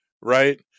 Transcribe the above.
right